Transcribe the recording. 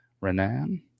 Renan